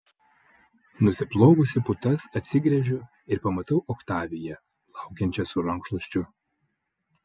nusiplovusi putas atsigręžiu ir pamatau oktaviją laukiančią su rankšluosčiu